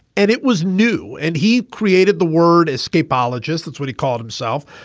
and it was new. and he created the word escape ologist. that's what he called himself.